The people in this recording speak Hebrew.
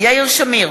יאיר שמיר,